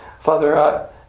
Father